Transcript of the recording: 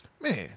Man